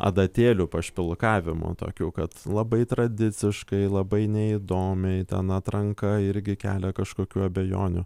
adatėlių pašpilkavimų tokių kad labai tradiciškai labai neįdomiai ten atranka irgi kelia kažkokių abejonių